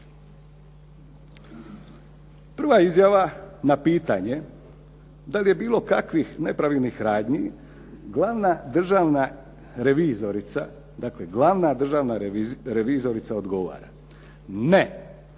Prva je izjava na pitanje da li je bilo kakvih nepravilnih radnji. Glavna državna revizorica odgovara: "Ne,